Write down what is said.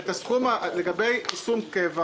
לגבי סכום קבע